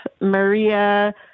Maria